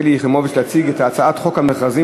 יחימוביץ להציג את הצעת חוק חובת המכרזים